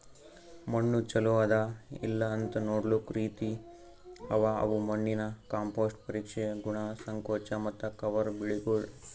ಮಣ್ಣ ಚಲೋ ಅದಾ ಇಲ್ಲಾಅಂತ್ ನೊಡ್ಲುಕ್ ರೀತಿ ಅವಾ ಅವು ಮಣ್ಣಿನ ಕಾಂಪೋಸ್ಟ್, ಪರೀಕ್ಷೆ, ಗುಣ, ಸಂಕೋಚ ಮತ್ತ ಕವರ್ ಬೆಳಿಗೊಳ್